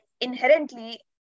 inherently